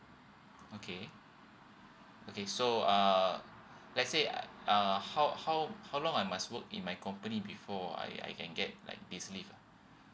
okay okay so uh let say uh how how how long I must work in my company before I I can get like this leave ah